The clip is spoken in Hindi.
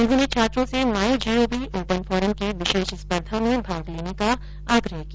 उन्होंने छात्रों से माई जीओवी ओपन फोरम की विशेष स्पर्धा में भाग लेने का आग्रह किया